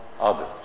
others